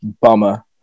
bummer